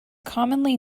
commonly